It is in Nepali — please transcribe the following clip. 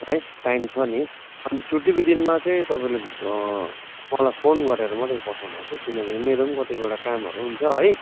है टाइम छ नि अनि छुट्टीको दिनमा चाहिँ तपाईँले मलाई फोन गरेर मात्रै पठाउनुहोस् है किन भने मेरो पनि कतिवटा कामहरू हन्छ है